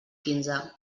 quinze